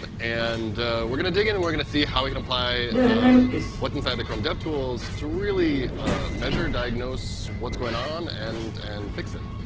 um and we're going to dig in, and we're going to see how we can apply um what's inside the chrome dev tools to really measure, diagnose, what's going on and and fix it.